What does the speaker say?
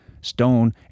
Stone